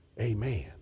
Amen